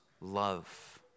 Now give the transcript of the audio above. love